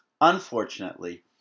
Unfortunately